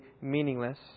meaningless